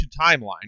timeline